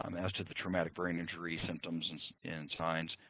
um as to the traumatic brain injury symptoms and and signs,